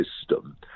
system